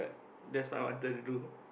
that's what I wanted to do